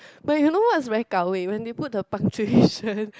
but you know what's very gao wei when they put the punctuation